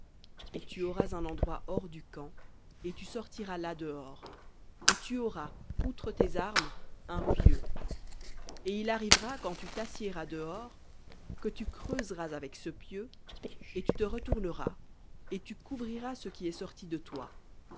et tu auras un endroit hors du camp et tu sortiras là dehors et tu auras outre tes armes un pieu et il arrivera quand tu t'assiéras dehors que tu creuseras avec ce et tu te retourneras et tu couvriras ce qui est sorti de toi